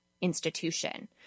institution